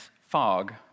fog